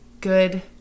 good